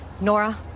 Nora